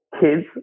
kids